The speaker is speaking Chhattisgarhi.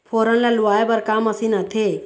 फोरन ला लुआय बर का मशीन आथे?